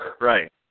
right